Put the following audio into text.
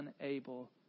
unable